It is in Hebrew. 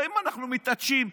לא אם אנחנו מתעטשים,